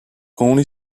only